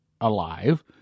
alive